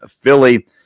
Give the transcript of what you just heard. Philly